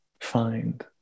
find